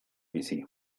bizi